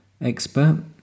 expert